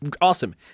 Awesome